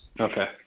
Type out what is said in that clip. Okay